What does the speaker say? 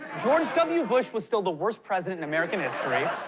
george w. bush was still the worst president in american history.